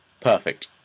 Perfect